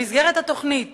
במסגרת התוכנית